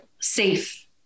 safe